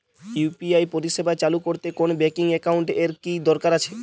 UPI পরিষেবা চালু করতে কোন ব্যকিং একাউন্ট এর কি দরকার আছে?